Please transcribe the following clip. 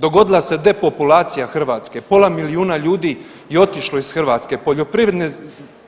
Dogodila se depopulacija Hrvatske, pola milijuna ljudi je otišlo iz Hrvatske, poljoprivredne